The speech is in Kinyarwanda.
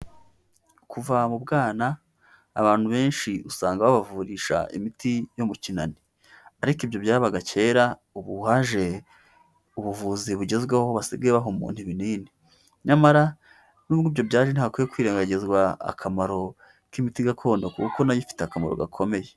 Kuva mu bwana abantu benshi usanga abantu benshi babavurisha imiti yo gu kinani, ariko ibyo byabaga kera ubu haje ubuvuzi bugezweho basigaye baha umuntu ibinini, nyamara n'ubwo ibyo byari ntihakwiye kwirengagizwa akamaro k'imiti gakondo kuko nayo ifite akamaro gakomeye.